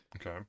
Okay